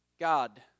God